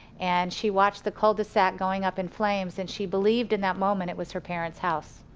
and she watched the cul-de-sac going up in flames, and she believed in that moment it was her parents house.